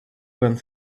went